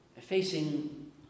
Facing